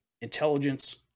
intelligence